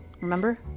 Remember